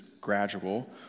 gradual